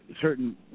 certain